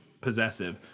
possessive